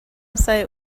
site